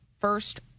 first